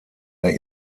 der